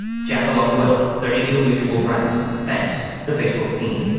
jackalope will thirty two mutual friends thanks, the facebook team